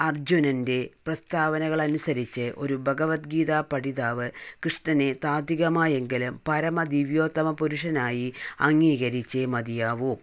അർജുനൻന്റെ പ്രസ്താവനകൾ അനുസരിച്ച് ഒരു ഭഗവത്ഗീത പഠിതാവ് കൃഷ്ണനെ ത്വാദ്വികമായെങ്കിലും പരമ ദിവ്യോത്തമ പരുഷനായി അംഗീകരിച്ചെ മതിയാവൂ